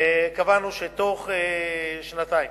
קבענו שבתוך שנתיים,